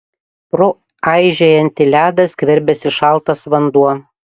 pro aižėjantį ledą skverbėsi šaltas vanduo